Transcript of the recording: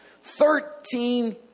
Thirteen